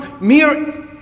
mere